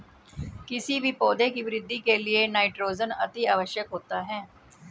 किसी भी पौधे की वृद्धि के लिए नाइट्रोजन अति आवश्यक होता है